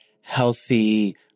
healthy